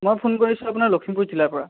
মই ফোন কৰিছোঁ আপোনাৰ লখিমপুৰ জিলাৰ পৰা